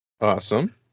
Awesome